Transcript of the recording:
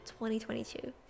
2022